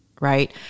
right